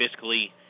fiscally